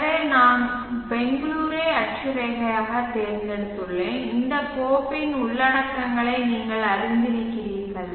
எனவே நான் பெங்களூரை அட்சரேகையாகத் தேர்ந்தெடுத்துள்ளேன் இந்தக் கோப்பின் உள்ளடக்கங்களை நீங்கள் அறிந்திருக்கிறீர்கள்